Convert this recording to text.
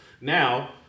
Now